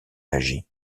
agit